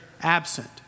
absent